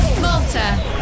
Malta